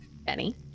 Benny